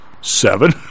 seven